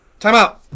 timeout